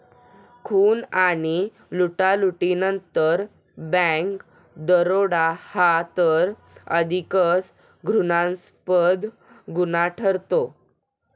खून आणि लुटालुटीनंतर बँक दरोडा हा तर अधिकच घृणास्पद गुन्हा ठरतो